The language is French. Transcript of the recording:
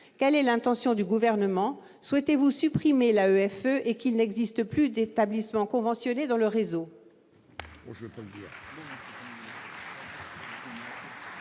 Quelle est l'intention du Gouvernement ? Souhaitez-vous supprimer l'AEFE et qu'il n'existe plus d'établissements conventionnés dans le réseau ?